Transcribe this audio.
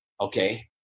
okay